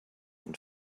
and